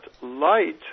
light